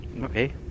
Okay